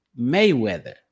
Mayweather